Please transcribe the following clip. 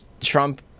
Trump